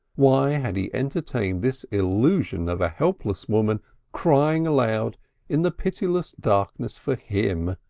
why had he entertained this illusion of a helpless woman crying aloud in the pitiless darkness for him?